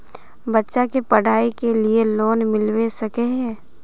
बच्चा के पढाई के लिए लोन मिलबे सके है?